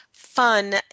fun